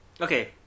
Okay